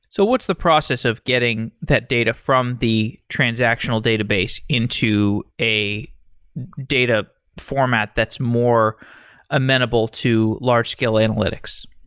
so what's the process of getting that data from the transactional database into a data format that's more amendable to large scale analytics?